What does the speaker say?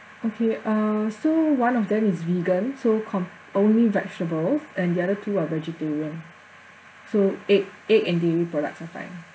okay uh so one of them is vegan so com~ only vegetables and the other two are vegetarian so egg egg and dairy products are fine